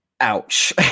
ouch